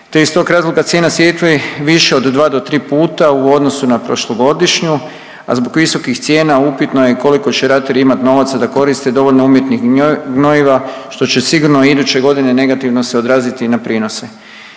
te iz tog razloga cijena sjetve više do 2 do 3 puta u odnosu na prošlogodišnju, a zbog visokih cijena upitno je koliko će ratari imati novaca da koriste dovoljno umjetnih gnojiva, što će sigurno u idućoj godini negativno se odraziti i na prinose.